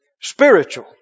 Spiritual